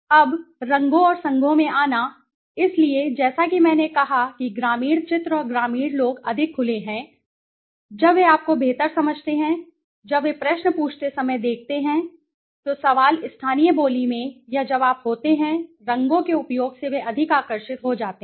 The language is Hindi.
अब रंगों और संघों में आना इसलिए जैसा कि मैंने कहा कि ग्रामीण चित्र और ग्रामीण लोग अधिक खुले हैं जब वे आपको बेहतर समझते हैं जब वे प्रश्न पूछते समय देखते हैं तो सवाल स्थानीय बोली में या जब आप होते हैं रंगों के उपयोग से वे अधिक आकर्षित हो जाते हैं